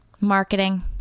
marketing